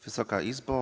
Wysoka Izbo!